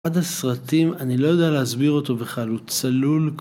אחד הסרטים אני לא יודע להסביר אותו בכלל הוא צלול